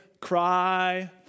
cry